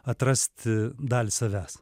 atrasti dalį savęs